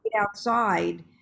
outside